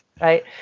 Right